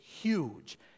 huge